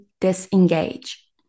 disengage